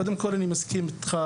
קודם כול אני מסכים איתך,